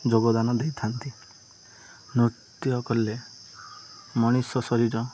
ଯୋଗଦାନ ଦେଇଥାନ୍ତି ନୃତ୍ୟ କଲେ ମଣିଷ ଶରୀର